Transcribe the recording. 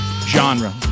genre